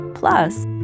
Plus